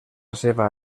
seva